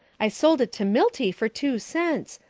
i sold it to milty for two cents.